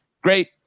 Great